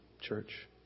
church